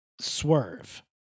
swerve